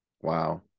wow